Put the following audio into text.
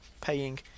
paying